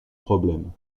problème